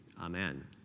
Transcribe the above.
amen